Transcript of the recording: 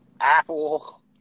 Apple